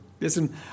listen